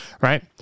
right